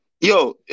Yo